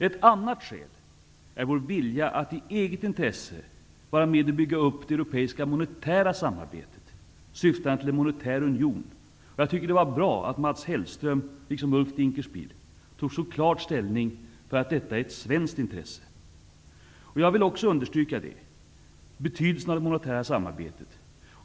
Ett annat skäl är vår vilja att i eget intresse vara med och bygga upp det europeiska monetära samarbetet syftande till en monetär union. Det var bra att Mats Hellström, liksom Ulf Dinkelspiel, tog så klart ställning för att detta är ett svenskt intresse. Jag vill också understryka betydelsen av det monetära samarbetet.